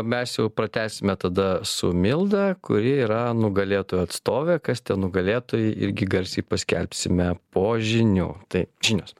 mes jau pratęsime tada su milda kuri yra nugalėtojų atstovė kas tie nugalėtojai irgi garsiai paskelbsime po žinių taip žinios